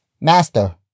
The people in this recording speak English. master